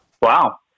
Wow